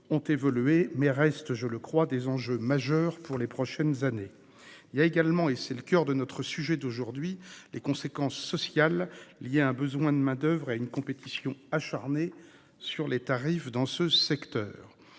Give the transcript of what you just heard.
des évolutions, mais restent, je le pense, des enjeux majeurs pour les prochaines années. Il convient également d'évoquer, et c'est le coeur de notre sujet d'aujourd'hui, les conséquences sociales liées à un besoin de main-d'oeuvre et à une compétition acharnée sur les tarifs dans ce secteur.